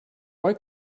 why